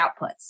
outputs